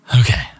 Okay